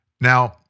Now